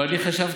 אבל אני חשבתי,